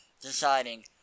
deciding